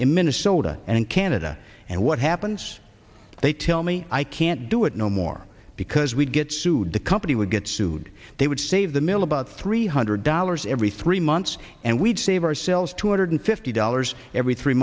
in minnesota and canada and what happens they tell me i can't do it no more because we'd get sued the company would get sued they would save the mill about three hundred dollars every three months and we'd save ourselves two hundred fifty dollars every three